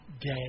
day